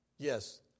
Yes